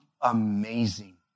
amazing